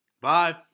Bye